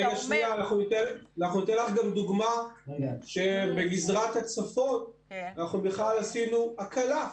אנחנו ניתן לך גם דוגמה שבגזרת הצפון אנחנו בכלל עשינו הקלה.